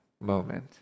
moment